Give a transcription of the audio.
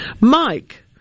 Mike